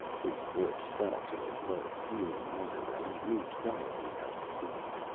his voice fell to a low, crooning mutter, and he moved quietly out of the door.